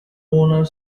owner